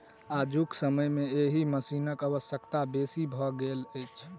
आजुक समय मे एहि मशीनक आवश्यकता बेसी भ गेल अछि